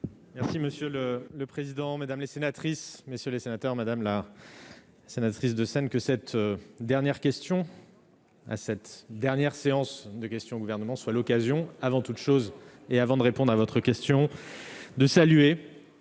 Merci Monsieur le le président madame la sénatrice, messieurs les sénateurs, Madame la sénatrice de Seine que cette dernière question à cette dernière séance de questions au gouvernement, soit l'occasion avant toute chose, et avant de répondre à votre question de saluer,